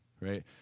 right